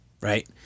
right